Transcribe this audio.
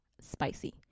spicy